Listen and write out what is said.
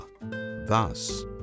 Thus